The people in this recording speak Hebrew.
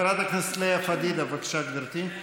חברת הכנסת לאה פדידה, בבקשה, גברתי.